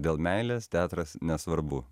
dėl meilės teatras nesvarbu